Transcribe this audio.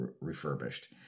refurbished